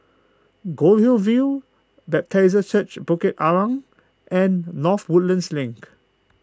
Goldhill View Bethesda Church Bukit Arang and North Woodlands Link